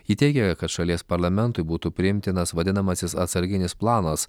ji teigia kad šalies parlamentui būtų priimtinas vadinamasis atsarginis planas